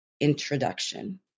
introduction